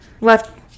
left